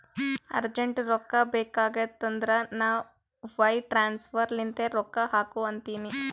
urgent ರೊಕ್ಕಾ ಬೇಕಾಗಿತ್ತಂದ್ರ ನಾ ವೈರ್ ಟ್ರಾನ್ಸಫರ್ ಲಿಂತೆ ರೊಕ್ಕಾ ಹಾಕು ಅಂತಿನಿ